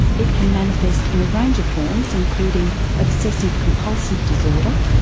it can manifest in a range of forms, including obsessive compulsive disorder,